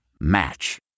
Match